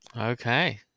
Okay